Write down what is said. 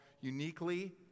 uniquely